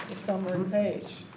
summary page,